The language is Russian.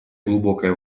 глубокое